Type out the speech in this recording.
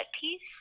piece